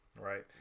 right